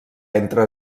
entre